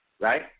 right